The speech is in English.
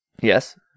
yes